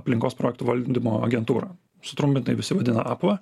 aplinkos projektų valdymo agentūra sutrumpintai visi vadina apva